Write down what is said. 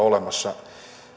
olemassa